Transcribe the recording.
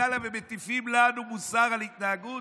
לילה ומטיפים לנו מוסר על התנהגות?